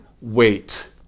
wait